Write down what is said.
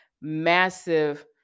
massive